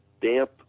damp